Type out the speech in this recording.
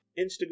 Instagram